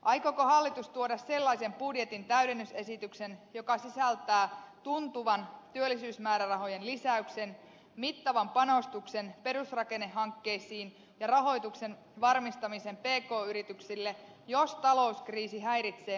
aikooko hallitus tuoda sellaisen budjetin täydennysesityksen joka sisältää tuntuvan työllisyysmäärärahojen lisäyksen mittavan panostuksen perusrakennehankkeisiin ja rahoituksen varmistamisen pk yrityksille jos talouskriisi häiritsee normaalia yritysrahoitusta